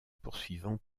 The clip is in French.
poursuivants